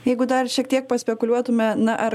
jeigu dar šiek tiek paspekuliuotume na ar